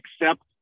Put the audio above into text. accept